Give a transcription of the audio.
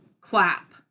clap